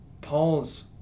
Paul's